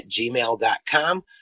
gmail.com